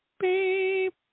beep